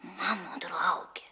mano drauge